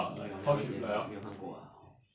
没有没有看过 ah